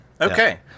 Okay